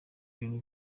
ibintu